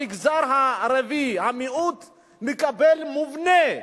המגזר הערבי, המיעוט, מקבל, מובנה,